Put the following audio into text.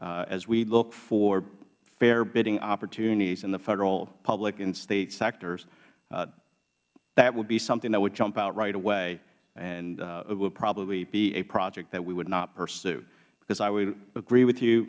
as we look for fair bidding opportunities in the federal public and state sectors that would be something that would jump out right away and it would probably be a project that we would not pursue because i would agree with you